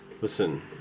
Listen